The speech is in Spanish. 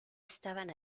estaban